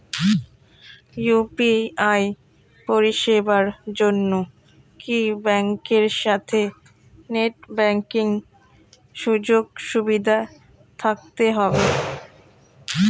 UPI পরিষেবার জন্য কি ব্যাংকের সাথে নেট ব্যাঙ্কিং সুযোগ সুবিধা থাকতে হবে?